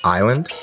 Island